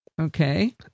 Okay